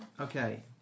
okay